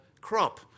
crop